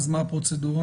מה הפרוצדורה?